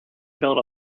built